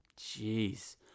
Jeez